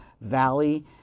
Valley